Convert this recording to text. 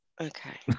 okay